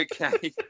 Okay